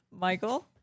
Michael